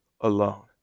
alone